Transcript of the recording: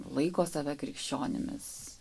laiko save krikščionimis